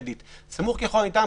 סמוך ככל הניתן,